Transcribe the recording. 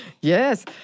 yes